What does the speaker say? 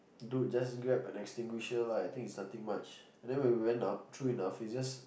dude just grab an extinguisher lah I think it's nothing much and then when we went up true enough it's just